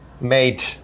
made